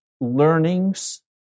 learnings